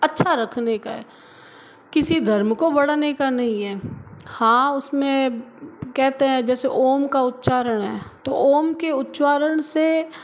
अच्छा रखने का है किसी धर्म को बढ़ाने का नहीं है हाँ उसमें कहते हैं जैसे ओम का उच्चारण है तो ओम के उच्चारण से